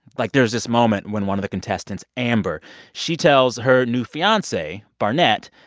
like, there's this moment when one of the contestants, amber she tells her new fiance, barnett,